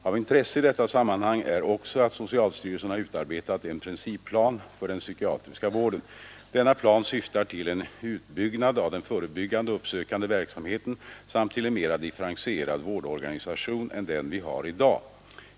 Av intresse i detta sammanhang är också att socialstyrelsen har utarbetat en principplan för den psykiatriska vården. Denna plan syftar till en utbyggnad av den förebyggande och uppsökande verksamheten samt till en mera differentierad vårdorganisation än den vi har i dag.